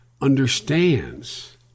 understands